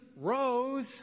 rose